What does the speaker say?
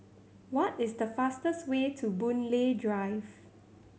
what is the fastest way to Boon Lay Drive